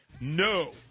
No